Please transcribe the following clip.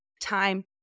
time